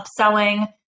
upselling